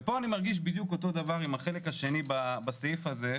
ופה אני מרגיש בדיוק אותו הדבר עם החלק השני בסעיף הזה,